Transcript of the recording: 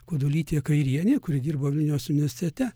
kudulytė kairienė kuri dirbo vilniaus universitete